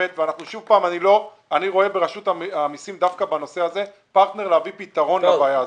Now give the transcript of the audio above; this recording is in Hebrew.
ואני רואה ברשות המיסים דווקא בנושא הזה פרטנר להביא פתרון לבעיה הזאת.